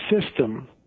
system